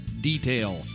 detail